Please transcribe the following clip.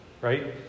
right